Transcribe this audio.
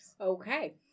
Okay